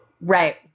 Right